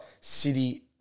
City